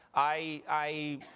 i,